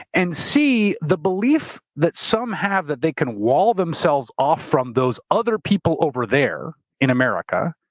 and c, the belief that some have that they can wall themselves off from those other people over there in america